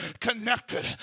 connected